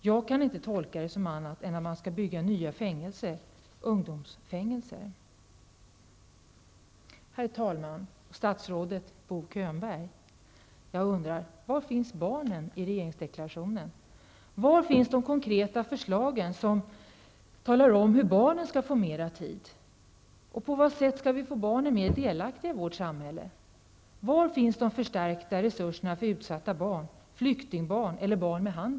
Jag kan inte tolka det på annat sätt än att man skall bygga nya fängelser, ungdomsfängelser. Herr talman och statsrådet Bo Könberg! Jag undrar: Var finns barnen i regeringsdeklarationen? Var finns de konkreta förslagen för att barnen skall få mer tid? På vad sätt skall vi få barnen mer delaktiga i vårt samhälle? Var finns de förstärkta resurserna för utsatta barn, flyktingbarn eller barn med handikapp?